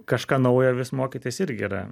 kažką naujo vis mokytis irgi yra